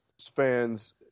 fans